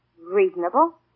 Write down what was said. Reasonable